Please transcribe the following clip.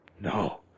No